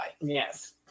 yes